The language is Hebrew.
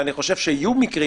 אני חושב שיהיו מקרים